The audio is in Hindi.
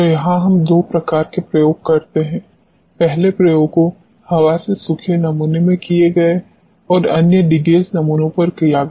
तो यहाँ हम दो प्रकार के प्रयोग करते हैं पहले प्रयोगों हवा से सूखे नमूनों में किए गए और अन्य डीगैस नमूनों पर किया गया